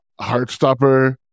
Heartstopper